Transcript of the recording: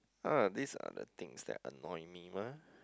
uh these are the things that annoy me mah